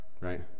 right